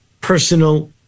personal